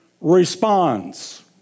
responds